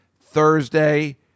Thursday